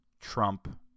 Trump